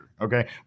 okay